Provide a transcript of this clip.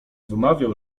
wymawiał